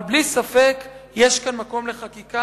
אבל בלי ספק יש כאן מקום לחקיקה.